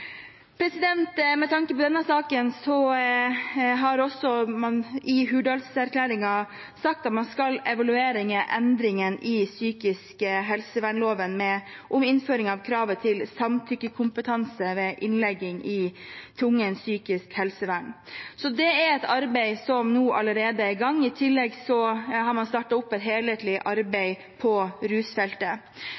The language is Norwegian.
Med tanke på denne saken har man også i Hurdalsplattformen sagt at man skal evaluere endringene i psykisk helsevernloven om innføring av kravet til samtykkekompetanse ved innleggelse i tvungent psykisk helsevern. Så det er et arbeid som nå allerede i gang. I tillegg har man startet opp et helhetlig